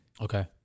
Okay